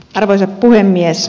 arvoisa puhemies